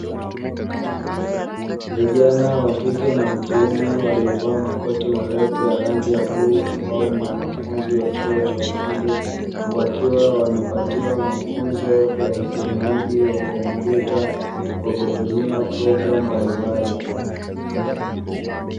Vijana wa kike na wakiume waliovaa makoti marefu ya rangi ya bluu amabo ni wanafunzi wa chuo cha ufundi, wakiwa wanapatiwa mafunzo ya utumiaji wa kompyuta kwa kutumia programu mbalimbali.